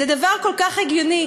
זה דבר כל כך הגיוני.